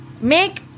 make